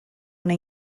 una